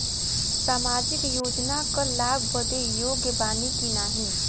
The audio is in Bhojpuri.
सामाजिक योजना क लाभ बदे योग्य बानी की नाही?